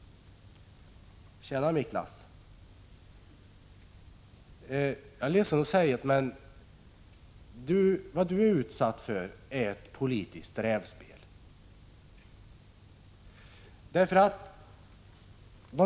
Tjäna Miklas! Jag är ledsen att säga det, men du är utsatt för ett politiskt rävspel.